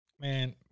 man